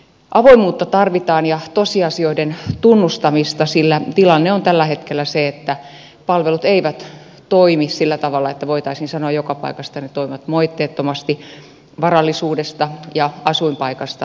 avoimuutta tarvitaan ja tosiasioiden tunnustamista sillä tilanne on tällä hetkellä se että palvelut eivät toimi sillä tavalla että voitaisiin sanoa joka paikasta että ne toimivat moitteettomasti varallisuudesta ja asuinpaikasta riippumatta